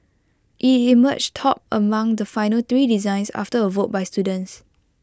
IT emerged top among the final three designs after A vote by students